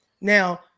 Now